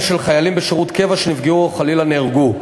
של חיילים בשירות קבע שנפגעו או חלילה נהרגו.